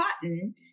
cotton